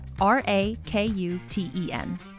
R-A-K-U-T-E-N